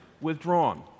Withdrawn